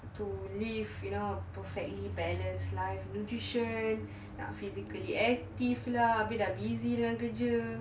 to live you know perfectly balanced life nutrition nak physically active lah abeh busy lah dengan kerja